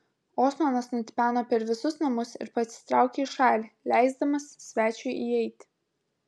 osmanas nutipeno per visus namus ir pasitraukė į šalį leisdamas svečiui įeiti